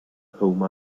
home